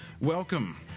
Welcome